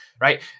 right